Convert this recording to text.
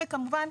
וכמובן,